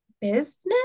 business